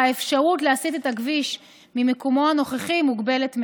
האפשרות להסיט את הכביש ממקומו הנוכחי מוגבלת מאוד.